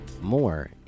More